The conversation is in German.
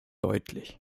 deutlich